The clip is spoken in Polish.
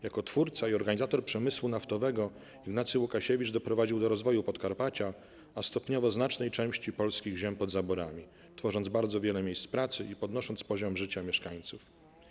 Jako twórca i organizator przemysłu naftowego Ignacy Łukasiewicz doprowadził do rozwoju Podkarpacia, a stopniowo znacznej części polskich ziem pod zaborami, tworząc bardzo wiele miejsc pracy i podnosząc poziom życia mieszkańców.